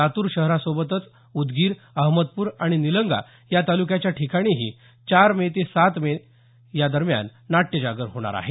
लातूर शहरासोबतच उदगीर अहमदपूर आणि निलंगा या तालुक्याच्या ठिकाणीही चार मे ते सात मे नाट्यजागर होणार आहे